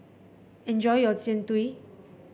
enjoy your Jian Dui